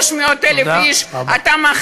היא הגיעה בתוכניות של הסוכנות,